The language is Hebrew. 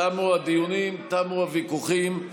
תמו הדיונים, תמו הוויכוחים.